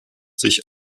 sich